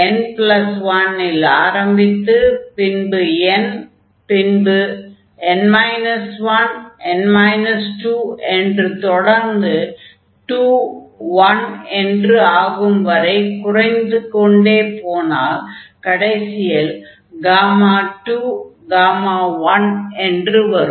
n1 இல் ஆரம்பித்து பின்பு n அதன் பின் n 1 n 2 என்று தொடர்ந்து 2 1 என்று ஆகும் வரை குறைத்துக் கொண்டே போனால் கடைசியில் 2 1 என்று வரும்